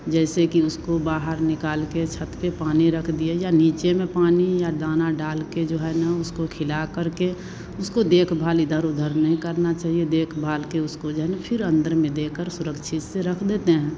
जैसे कि उसको बहार निकाल कर छत के पानी रख दिए या नीचे में पानी या दाना डाल के जो है ना उसको खिला करके उसको देखभाल इधर उधर नहीं करना चाहिए देखभाल के उसको जो है न फिर अंदर में देकर सुरक्षित से रख देते हैं